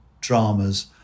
dramas